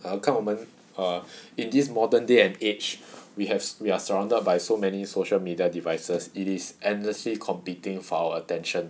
err 看我们 in this modern day and age we have we're surrounded by so many social media devices it is endlessly competing for our attention